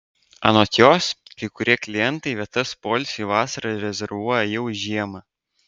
anot jos kai kurie klientai vietas poilsiui vasarą rezervuoja jau žiemą